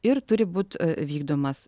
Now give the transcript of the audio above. ir turi būt vykdomas